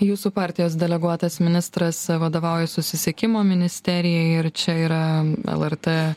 jūsų partijos deleguotas ministras vadovauja susisiekimo ministerijai ir čia yra lrt